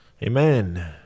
Amen